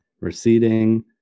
receding